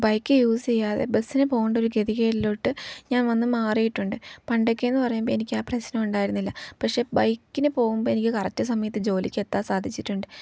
bike use ചെയ്യാതെ ബസ്സിനു പോകേണ്ടൊരു ഗതികേടിലോട്ട് ഞാൻ വന്നു മാറിയിട്ടുണ്ട് പണ്ടൊക്കെയെന്നു പറയുമ്പോൾ എനിക്കാ പ്രശ്നം ഉണ്ടായിരുന്നില്ല പക്ഷെ ബൈക്കിനു പോകുമ്പോൾ എനിക്ക് കറക്റ്റ് സമയത്ത് ജോലിക്ക് എത്താൻ സാധിച്ചിട്ടുണ്ട്